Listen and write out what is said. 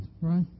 right